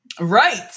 right